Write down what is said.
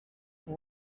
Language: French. pour